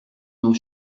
nos